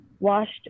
washed